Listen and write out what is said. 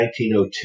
1902